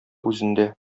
үзендә